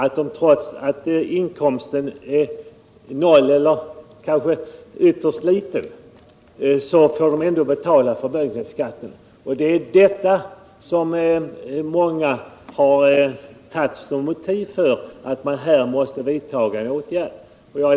Trots att inkomsten är noll eller ytterst liten får de nämligen betala förmögenhetsskatt. Det är detta som många har anfört som motiv för att en åtgärd måste vidtagas härvidlag.